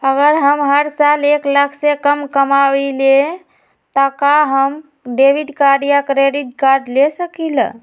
अगर हम हर साल एक लाख से कम कमावईले त का हम डेबिट कार्ड या क्रेडिट कार्ड ले सकीला?